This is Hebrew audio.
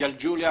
ג'לג'וליה,